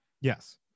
Yes